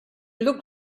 looked